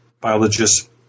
biologists